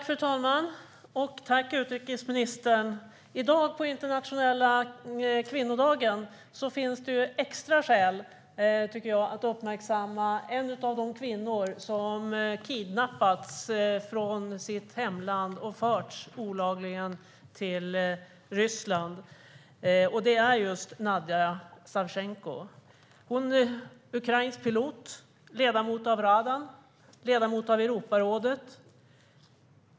Fru talman! Tack, utrikesministern! I dag på internationella kvinnodagen tycker jag att det finns extra skäl att uppmärksamma en av de kvinnor som kidnappats från sitt hemland och olagligen förts till Ryssland. Det är just Nadija Savtjenko, ukrainsk pilot, ledamot av radan och ledamot av Europarådet.